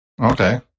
Okay